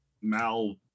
Mal